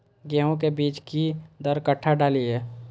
गेंहू के बीज कि दर कट्ठा डालिए?